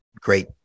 great